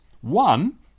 One